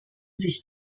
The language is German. sich